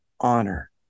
honor